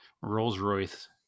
Rolls-Royce